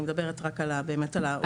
אני מדברת רק על האוכלוסייה הרגילה.